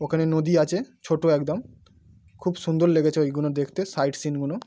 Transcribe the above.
ওখানে নদী আছে ছোটো একদম খুব সুন্দর লেগেছে ওইগুলো দেখতে সাইট সিনগুলো